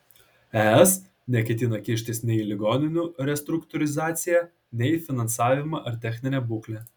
es neketina kištis nei į ligoninių restruktūrizaciją nei į finansavimą ar techninę būklę